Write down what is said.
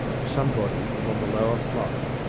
somebody was on the lower flight.